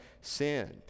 sin